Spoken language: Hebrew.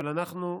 אבל אנחנו,